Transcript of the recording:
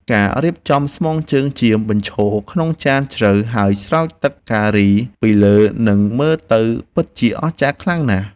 ការរៀបចំស្មងជើងចៀមបញ្ឈរក្នុងចានជ្រៅហើយស្រោចទឹកការីពីលើនឹងមើលទៅពិតជាអស្ចារ្យខ្លាំងណាស់។